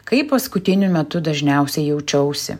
kaip paskutiniu metu dažniausiai jaučiausi